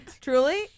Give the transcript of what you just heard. Truly